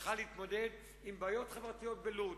צריכות להתמודד מול בעיות חברתיות בלוד,